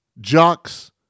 jocks